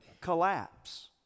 collapse